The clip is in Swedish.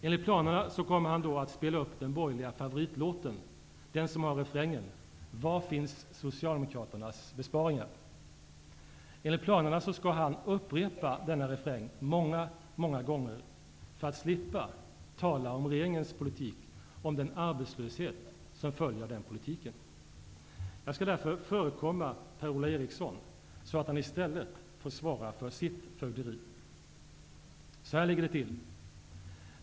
Enligt planerna kommer han då att spela upp den borgerliga favoritlåten, den som har refrängen: Enligt planerna skall han upprepa den refrängen många gånger för att slippa tala om regeringens politik och om den arbetslöshet som följer den politiken. Jag skall därför förekomma Per Ola Eriksson så att han i stället får svara för sitt eget fögderi. Så här ligger det till.